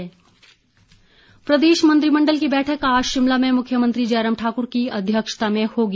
cabinet प्रदेश मंत्रिमंडल की बैठक आज शिमला में मुख्यमंत्री जयराम ठाकुर की अध्यक्षता में होगी